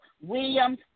Williams